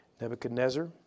Nebuchadnezzar